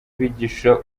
bigisha